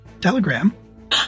telegram